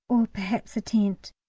or perhaps a tent.